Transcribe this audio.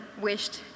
wished